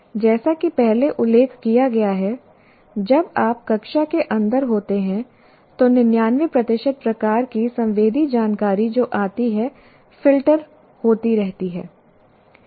जैसा कि पहले उल्लेख किया गया है जब आप कक्षा के अंदर होते हैं तो 99 प्रतिशत प्रकार की संवेदी जानकारी जो आती है फ़िल्टर होती रहती है